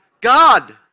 God